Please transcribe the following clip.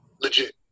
legit